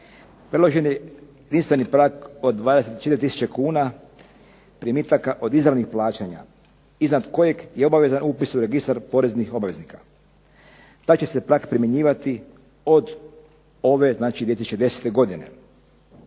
Predložen je jedinstveni prag od 24 tisuće kuna primitaka od izravnih plaćanja iznad kojeg je obavezan upis u Registar poreznih obveznika. Taj će se prag primjenjivati od ove 2010. godine.